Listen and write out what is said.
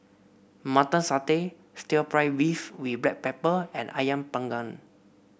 Mutton Satay stir fry beef with Black Pepper and ayam Panggang